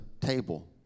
table